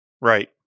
Right